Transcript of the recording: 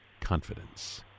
confidence